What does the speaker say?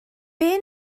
beth